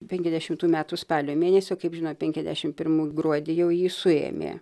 penkiasdešimtų metų spalio mėnesioo kaip žinot penkiasdešimt pirmųjų gruodį jau jį suėmė